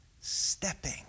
stepping